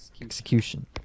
Execution